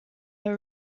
are